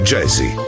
Jazzy